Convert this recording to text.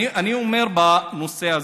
אני אומר בנושא הזה: